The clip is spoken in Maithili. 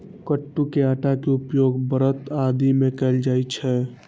कट्टू के आटा के उपयोग व्रत आदि मे कैल जाइ छै